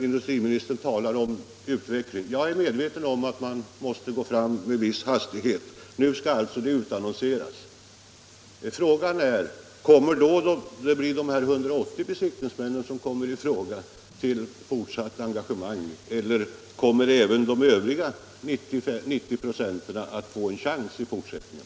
Industriministern talar om utveckling. Jag är medveten om att man måste gå fram med en viss hastighet. Nu skall alltså tjänsterna utannonseras. Frågan är då: Kommer det att bli dessa 180 besiktningsmän som kommer i fråga för fortsatt engagemang eller kommer även de övriga 90 96 att få en chans i fortsättningen?